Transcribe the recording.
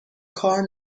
کار